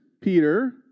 Peter